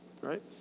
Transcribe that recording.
right